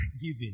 giving